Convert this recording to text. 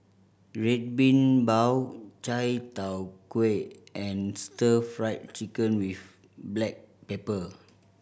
Red Bean Bao chai tow kway and Stir Fried Chicken with black pepper